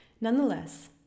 Nonetheless